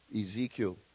Ezekiel